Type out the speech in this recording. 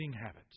habits